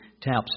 taps